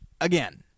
Again